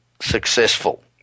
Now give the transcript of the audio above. successful